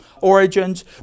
origins